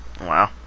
Wow